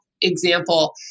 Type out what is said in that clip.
example